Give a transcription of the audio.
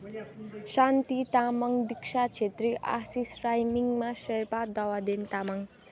शान्ति तामाङ दिक्षा छेत्री आशिष राई मिङमा शेर्पा दवादेन तामाङ